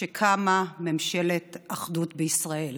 שקמה ממשלת אחדות בישראל.